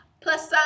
plus